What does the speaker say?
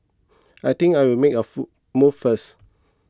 I think I'll make a fool move first